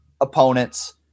opponents